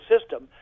system